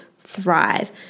thrive